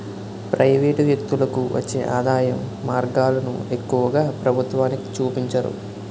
private వ్యక్తులకు వచ్చే ఆదాయం మార్గాలను ఎక్కువగా ప్రభుత్వానికి చూపించరు